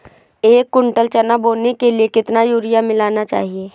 एक कुंटल चना बोने के लिए कितना यूरिया मिलाना चाहिये?